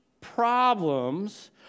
problems